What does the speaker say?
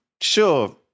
Sure